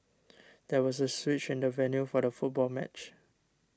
there was a switch in the venue for the football match